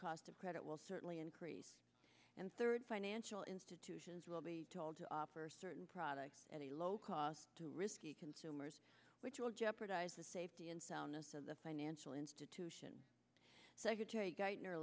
cost of credit will certainly increase and third financial institutions will be told to offer certain products at a low cost to risky consumers which will jeopardize the safety and soundness of the financial institution secretary g